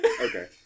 Okay